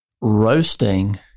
roasting